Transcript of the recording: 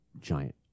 giant